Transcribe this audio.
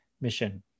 mission